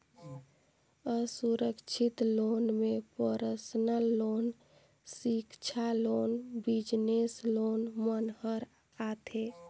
असुरक्छित लोन में personal loan, सिक्छा लोन, बिजनेस लोन मन हर आथे